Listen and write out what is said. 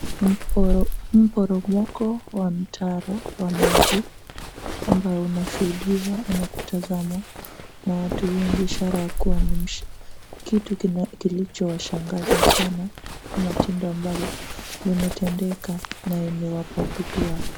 Mporomoko wa mtaro wa maji ambao unashuhudiwa ama kutazamwa na watu wengi ishara ya kuwa ni kitu kilichowashangaza sana ama tendo ambalo limetendeka na imewapa butwaa.